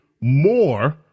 more